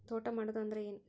ತೋಟ ಮಾಡುದು ಅಂದ್ರ ಏನ್?